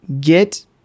get